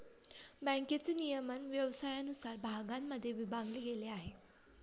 बँकेचे नियमन व्यवसायानुसार भागांमध्ये विभागले गेले आहे